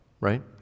right